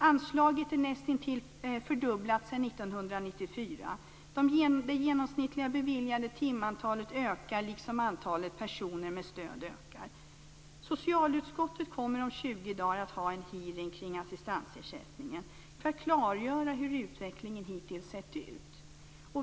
Anslaget är näst intill fördubblat sedan 1994. Det genomsnittliga beviljade timantalet ökar, liksom antalet personer med stöd. Socialutskottet kommer om 20 dagar att ha en hearing kring assistansersättningen för att klargöra hur utvecklingen hittills sett ut.